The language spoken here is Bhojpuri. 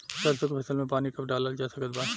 सरसों के फसल में पानी कब डालल जा सकत बा?